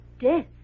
Death